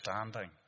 understanding